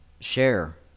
share